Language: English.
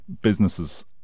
businesses